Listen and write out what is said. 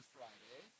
Friday